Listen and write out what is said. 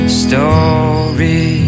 story